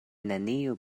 neniu